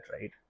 right